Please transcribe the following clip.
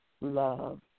love